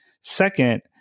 second